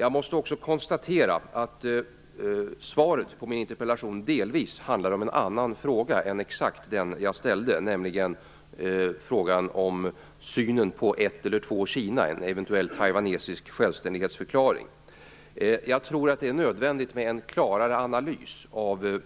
Jag måste också konstatera att svaret på min interpellation delvis handlar om en annan fråga än exakt den som jag ställde, som gällde synen på ett eller två Kina, en eventuell taiwanesisk självständighetsförklaring. Jag tror att det är nödvändigt med en klarare analys